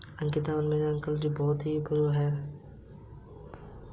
अंकिता और मेरे uncle digital finance services का बहुत लाभ उठा रहे हैं